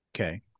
Okay